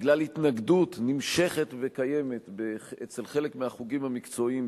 בגלל התנגדות נמשכת וקיימת אצל חלק מהחוגים המקצועיים,